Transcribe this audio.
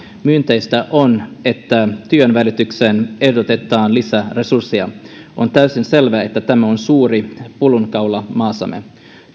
myönteistä on että työnvälitykseen ehdotetaan lisää resursseja on täysin selvää että tämä on suuri pullonkaula maassamme